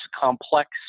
complex